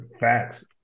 Facts